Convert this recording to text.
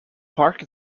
park